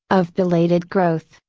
of belated growth,